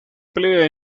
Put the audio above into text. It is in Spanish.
pelea